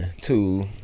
two